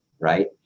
right